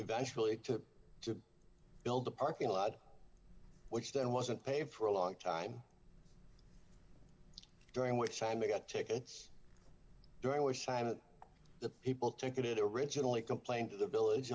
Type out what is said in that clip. eventually to to build a parking lot which then wasn't paid for a long time during which time i got tickets during which time the people ticket originally complained to the village